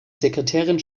sekretärin